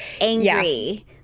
angry